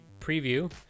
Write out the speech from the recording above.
preview